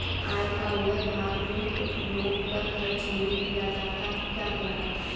आय का वह भाग जो उपभोग पर खर्च नही किया जाता क्या कहलाता है?